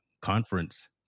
conference